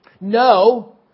no